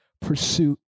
pursuit